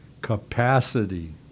Capacity